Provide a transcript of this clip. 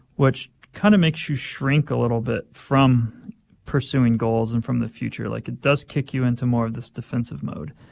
which kind of makes you shrink a little bit from pursuing goals and from the future. like, it does kick you into more of this defensive mode.